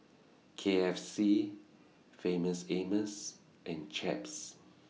K F C Famous Amos and Chaps